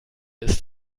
ist